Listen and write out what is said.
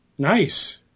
Nice